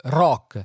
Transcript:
rock